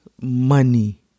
Money